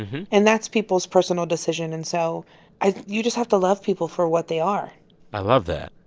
and that's people's personal decision. and so i you just have to love people for what they are i love that.